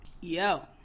Yo